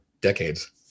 decades